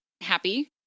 happy